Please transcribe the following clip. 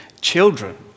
children